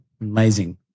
amazing